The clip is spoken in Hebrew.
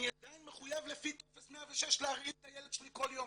אני עדיין מחויב לפי טופס 106 להרעיל את הילד שלי כל יום.